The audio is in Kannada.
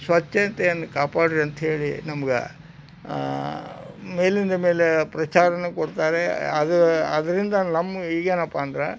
ಸ್ವಚ್ಛತೆಯನ್ನು ಕಾಪಾಡಿರಿ ಅಂತೇಳಿ ನಮ್ಗೆ ಮೇಲಿಂದ ಮೇಲೆ ಪ್ರಚಾರನೂ ಕೊಡ್ತಾರೆ ಅದ ಅದರಿಂದ ನಮ್ಮ ಈಗೇನಪ್ಪ ಅಂದ್ರೆ